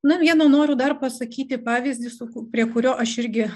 na vieną noriu dar pasakyti pavyzdį su prie kurio aš irgi